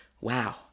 Wow